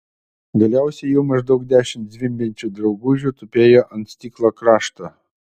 galiausiai jau maždaug dešimt zvimbiančių draugužių tupėjo ant stiklo krašto